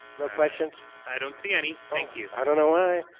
no questions? i don't see any. thank you. i don't know why.